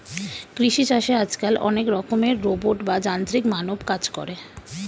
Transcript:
কৃষি চাষে আজকাল অনেক রকমের রোবট বা যান্ত্রিক মানব কাজ করে